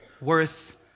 worth